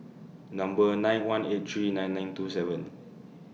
Number nine one eight three nine nine two seven